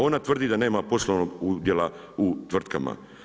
Ona tvrdi da nema poslovnog udjela u tvrtkama.